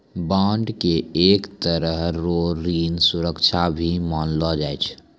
bond के एक तरह रो ऋण सुरक्षा भी मानलो जाय छै